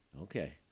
Okay